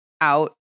out